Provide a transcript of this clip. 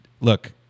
look